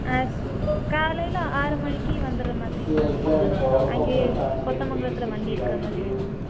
ஆ காலையில் ஆறு மணிக்கு வந்துடுற மாதிரிங்கண்ணா அங்கேயே கொத்தமங்கலத்தில் வண்டி எடுக்கிற மாதிரி வேணும்ணா